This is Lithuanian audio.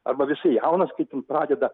arba visai jaunas kai ten pradeda